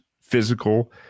physical